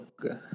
Okay